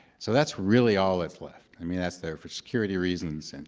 so that's really all that's left. i mean, that's there for security reasons, and